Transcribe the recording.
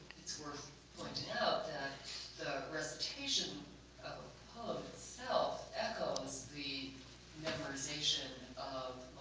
it's worth pointing out that the recitation of poem itself echoes the memorization of